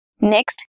Next